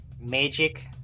magic